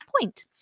point